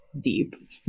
deep